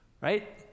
right